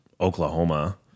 Oklahoma